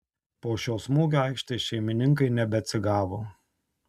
po šio smūgio aikštės šeimininkai nebeatsigavo